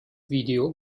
video